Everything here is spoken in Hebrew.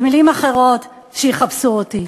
במילים אחרות: שיחפשו אותי.